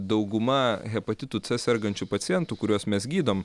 dauguma hepatitu c sergančių pacientų kuriuos mes gydom